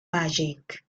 magic